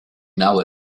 know